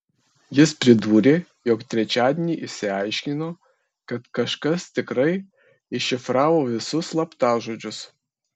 jis pridūrė jog trečiadienį išsiaiškino kad kažkas tikrai iššifravo visus slaptažodžius